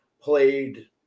played